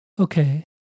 Okay